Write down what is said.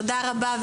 תודה רבה.